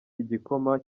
igikoma